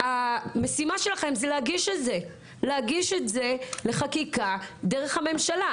המשימה שלכם היא להגיש את זה לחקיקה דרך הממשלה.